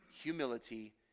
humility